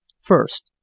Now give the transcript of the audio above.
First